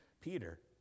Peter